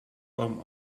kwam